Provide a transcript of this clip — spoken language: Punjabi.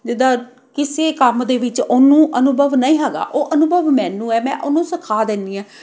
ਜਿੱਦਾਂ ਕਿਸੇ ਕੰਮ ਦੇ ਵਿੱਚ ਉਹਨੂੰ ਅਨੁਭਵ ਨਹੀਂ ਹੈਗਾ ਉਹ ਅਨੁਭਵ ਮੈਨੂੰ ਹੈ ਮੈਂ ਉਹਨੂੰ ਸਿਖਾ ਦਿੰਦੀ ਹਾਂ